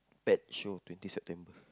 pet show twenty September